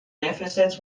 deficits